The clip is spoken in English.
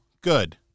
good